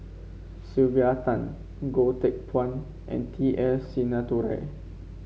Sylvia Tan Goh Teck Phuan and T S Sinnathuray